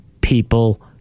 people